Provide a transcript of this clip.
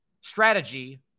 strategy